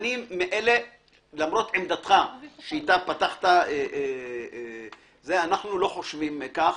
הזה - למרות עמדתך שאתה פתחת, אנחנו לא חושבים כך,